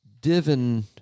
divin